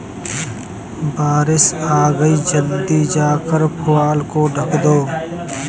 बारिश आ गई जल्दी जाकर पुआल को ढक दो